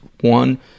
One